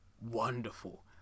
wonderful